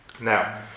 Now